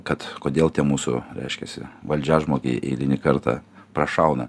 kad kodėl tie mūsų reiškiasi valdžiažmogiai eilinį kartą prašauna